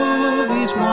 Movies